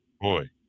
boy